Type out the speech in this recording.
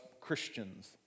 Christians